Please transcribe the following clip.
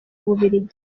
bubiligi